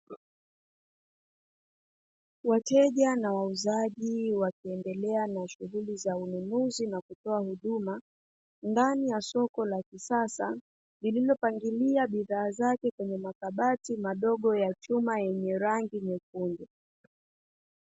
Wateja na wauzaji wakiendelea na shughuli za ununuzi na kutoa huduma ndani ya soko la kisasa, lililopangilia bidhaa zake kwenye makabati madogo ya chuma yenye rangi nyekundu.